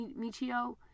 Michio